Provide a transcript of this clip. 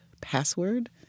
password